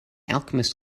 alchemist